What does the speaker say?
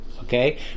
Okay